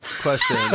Question